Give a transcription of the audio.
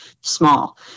small